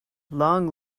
long